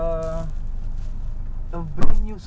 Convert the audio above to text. I buy two pair bro